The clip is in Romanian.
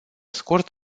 scurt